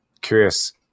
curious